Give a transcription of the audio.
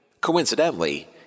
Coincidentally